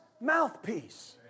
mouthpiece